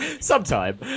Sometime